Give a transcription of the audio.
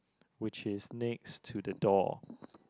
which is next to the door